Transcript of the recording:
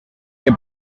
que